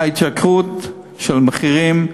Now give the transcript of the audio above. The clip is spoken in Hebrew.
ההתייקרות של המחירים,